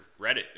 Reddit